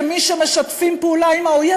כמי שמשתפים פעולה עם האויב,